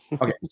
Okay